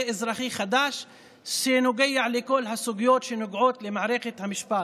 אזרחי חדש שנוגע לכל הסוגיות שנוגעות למערכת המשפט.